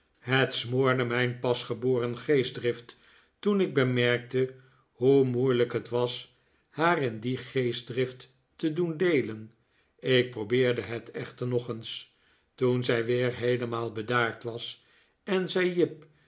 het smoorde mijn pas geboren geestdrift toen ik bemerkte hoe moeilijk het was haar in die geestdrift te doen deelen ik probeerde het echter nog eens toen zij weer heelemaal bedaard was en zij jip